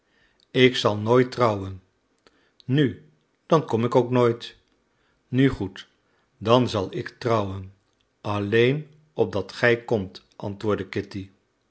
ik zal nooit trouwen nu dan kom ik ook nooit nu goed dan zal ik trouwen alleen opdat gij komt antwoordde kitty